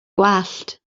gwallt